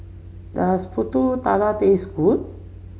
does pulut tatal taste good